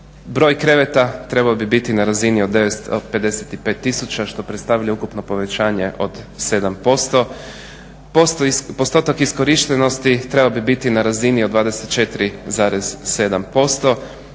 Broj kreveta trebao bi biti na razini od 55 tisuća što predstavlja ukupno povećanje od 7%. Postotak iskorištenosti trebao bi biti na razini od 24,7%,